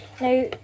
Now